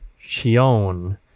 Chion